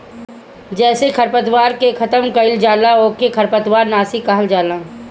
जेसे खरपतवार के खतम कइल जाला ओके खरपतवार नाशी कहल जाला